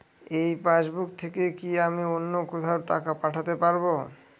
এই পাসবুক থেকে কি আমি অন্য কোথাও টাকা পাঠাতে পারব?